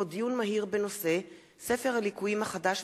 בעקבות דיון מהיר בנושא: ספר הליקויים החדש